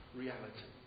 reality